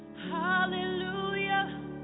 Hallelujah